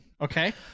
Okay